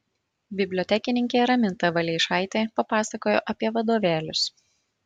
bibliotekininkė raminta valeišaitė pasakojo apie vadovėlius